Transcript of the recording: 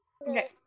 Okay